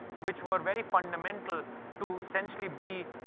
which were very fundamental to essentially be